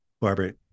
Barbara